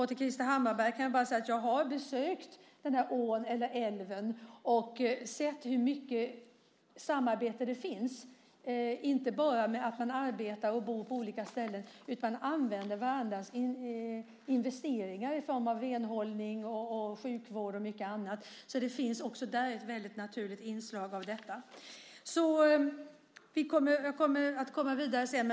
Till Krister Hammarbergh kan jag bara säga att jag har besökt den här älven och sett hur mycket samarbete det finns, inte bara att man arbetar och bor på olika ställen utan också att man använder varandras investeringar i form av renhållning, sjukvård och mycket annat. Det finns också där ett väldigt naturligt inslag av detta. Vi kommer att gå vidare sedan.